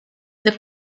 the